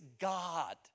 God